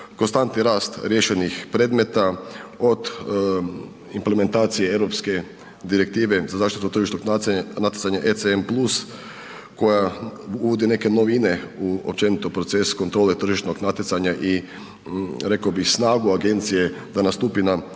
konstantni rast riješenih predmeta, od implementacije Europske direktive za zaštitu tržišnog natjecanja ECN+ koja uvodi neke novine u općenito … tržišnog natjecanja i rekao bih snagu agencije da nastupi na